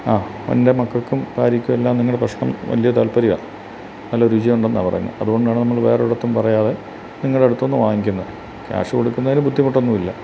ആ എൻ്റെ മക്കള്ക്കും ഭാര്യക്കുമെല്ലാം നിങ്ങളുടെ ഭക്ഷണം വലിയ താൽപ്പര്യ നല്ലരുചിയുണ്ടെന്നാ പറയുന്നെ അതുകൊണ്ടാണ് നമ്മള് വേറൊരിടത്തും പറയാതെ നിങ്ങടടുത്തൂന്ന് വാങ്ങിക്കുന്നെ ക്യാഷ് കൊടുക്കുന്നതിന് ബുദ്ധിമുട്ടൊന്നുമില്ല